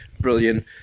Brilliant